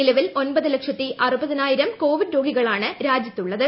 നിലവിൽ ഒൻപത് ലക്ഷത്തി അറുപതിനായിരം കോവിഡ് രോഗികളാണ് രാജ്യത്തുള്ളത്